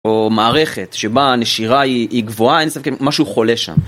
או מערכת שבה הנשירה היא גבוהה, אין ספק משהו חולה שם.